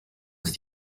ist